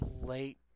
late